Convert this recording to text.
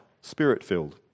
Spirit-filled